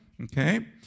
okay